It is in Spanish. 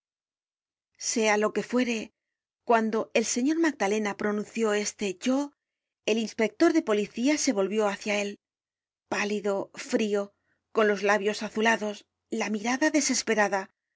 sea lo que fuere cuando el señor magdalena pronunció este yo el inspector de policía se volvió hácia él pálido frio con los labios azulados la mirada desesperada